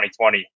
2020